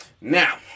now